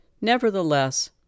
Nevertheless